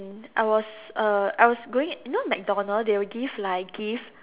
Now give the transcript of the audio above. I was A I was going you know MacDonald they will give give like gift